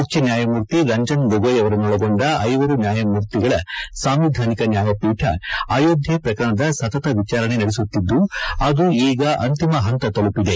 ಮುಖ್ಯ ನ್ಯಾಯಮೂರ್ತಿ ರಂಜನ್ ಗೊಗೋಯ್ ಅವರನ್ನೊಳಗೊಂಡ ಐವರು ನ್ಯಾಯಮೂರ್ತಿಗಳ ಸಾಂವಿಧಾನಿಕ ನ್ಯಾಯಪೀಠ ಅಯೋಧ್ಯೆ ಪ್ರಕರಣದ ಸತತ ವಿಚಾರಣೆ ನಡೆಸುತ್ತಿದ್ದು ಅದು ಈಗ ಅಂತಿಮ ಹಂತ ತಲುಪಿದೆ